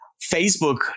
Facebook